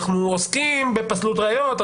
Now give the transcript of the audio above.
אנחנו עוסקים בפסלות ראיות,